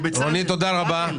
ולכן השקל הזה לא ישנה דבר.